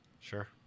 Sure